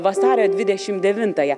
vasario dvidešimt devintąją